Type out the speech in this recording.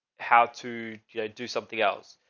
how to do something else.